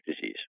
disease